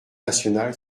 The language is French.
national